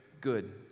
good